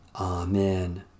Amen